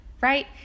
right